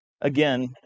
Again